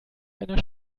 einer